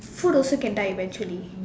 food also can die eventually